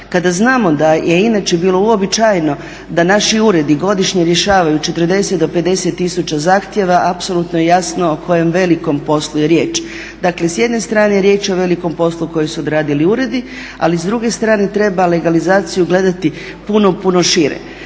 Kada znamo da je inače bilo uobičajeno da naši uredi godišnje rješavaju 40 do 50 tisuća zahtjeva apsolutno je jasno o kojem velikom poslu je riječ. Dakle s jedne strane je riječ o velikom poslu koji su odradili uredi, ali s druge strane treba legalizaciju gledati puno, puno šire.